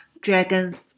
Dragon